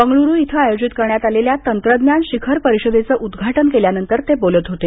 बंगळरू इथं आयोजित करण्यात आलेल्या तंत्रज्ञान शिखर परिषदेचं उद्घाटन केल्यानंतर ते बोलत होते